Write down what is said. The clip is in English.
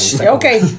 Okay